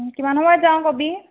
কিমান সময়ত যাৱ ক'বি